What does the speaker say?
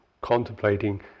contemplating